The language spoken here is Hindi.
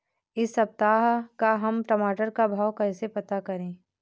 इस सप्ताह का हम टमाटर का भाव कैसे पता करें?